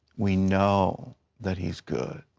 we know that he's good.